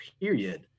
period